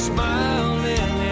Smiling